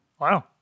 Wow